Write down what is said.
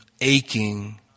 aching